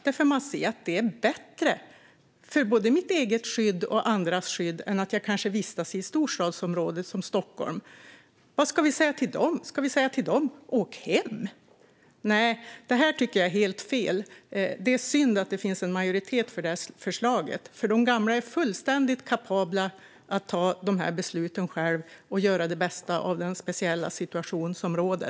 De ser att det är bättre för både deras eget skydd och andras skydd än att de kanske vistas i storstadsområden som Stockholm. Vad ska vi säga till dem? Ska vi säga: Åk hem? Nej, det tycker jag är helt fel. Det är synd att det finns en majoritet för förslaget. De gamla är fullständigt kapabla att fatta besluten själva och göra det bästa av den speciella situation som råder.